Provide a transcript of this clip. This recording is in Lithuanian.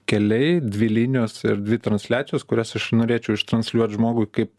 keliai dvi linijos ir dvi transliacijos kurias aš norėčiau iš transliuot žmogui kaip